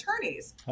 attorneys